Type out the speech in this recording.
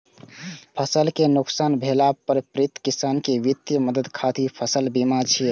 फसल कें नुकसान भेला पर पीड़ित किसान कें वित्तीय मदद खातिर फसल बीमा छै